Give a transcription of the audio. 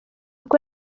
uko